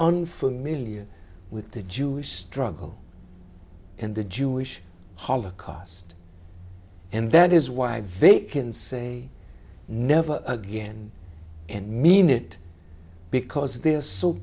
unfamiliar with the jewish struggle and the jewish holocaust and that is why the vague can say never again and mean it because they are so